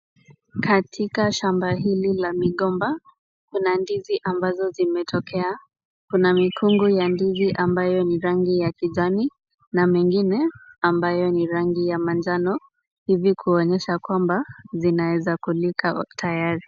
Katika shamba hili la migomba, kuna ndizi ambazo zimetokea. Kuna mikungu ya ndizi ambayo ni rangi ya kijani na mengine ambayo ni rangi ya manjano, hivi kuonyesha kwamba zinaweza kulika tayari.